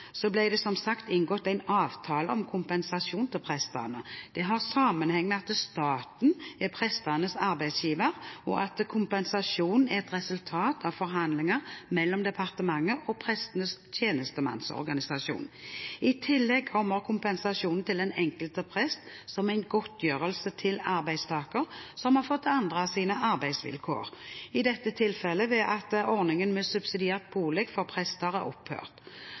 Så vil jeg være helt klar og tydelig på at Fremskrittspartiet står fast på den enigheten som ligger i det vedtatte kirkeforliket. I forbindelse med at den lovpålagte boplikten som prestene hadde, ble opphevet, ble det som sagt inngått en avtale om kompensasjon til prestene. Det har sammenheng med at staten er prestenes arbeidsgiver, og kompensasjonen er et resultat av forhandlinger mellom departementet og prestenes tjenestemannsorganisasjoner. I tillegg kommer kompensasjonen til den enkelte prest som en